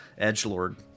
edgelord